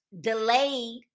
delayed